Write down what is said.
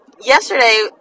yesterday